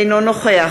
אינו נוכח